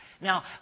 Now